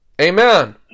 Amen